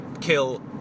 kill